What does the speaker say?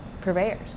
purveyors